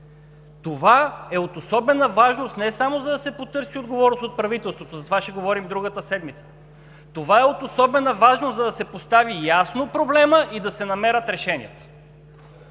Това е от особена важност не само за да се потърси отговорност от правителството – за това ще говорим другата седмица, това е от особена важност, за да се постави ясно проблемът и да се намерят решенията.